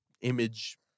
image